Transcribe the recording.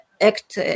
act